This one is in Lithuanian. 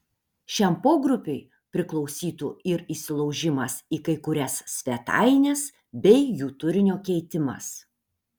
šiam pogrupiui priklausytų ir įsilaužimas į kai kurias svetaines bei jų turinio keitimas